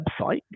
website